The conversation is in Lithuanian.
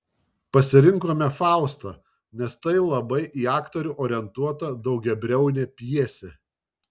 pasirinkome faustą nes tai labai į aktorių orientuota daugiabriaunė pjesė